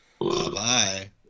Bye